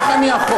איך אני יכול?